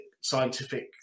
Scientific